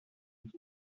dans